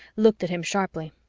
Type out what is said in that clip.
looked at him sharply.